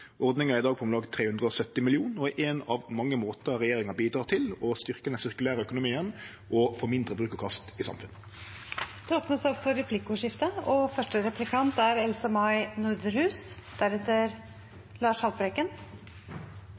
Ordninga er i dag på om lag 370 mill. kr og er ein av mange måtar regjeringa bidreg til å styrkje den sirkulære økonomien og få mindre bruk og kast i samfunnet på. Det blir replikkordskifte.